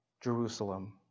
Jerusalem